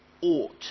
ought